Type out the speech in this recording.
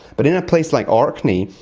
but in a place like orkney,